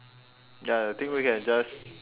ya I think we can just